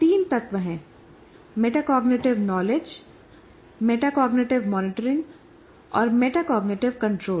तीन तत्व हैं मेटाकॉग्निटिव नॉलेज मेटाकॉग्निटिव मॉनिटरिंग और मेटाकॉग्निटिव कंट्रोल